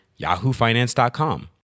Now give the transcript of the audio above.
yahoofinance.com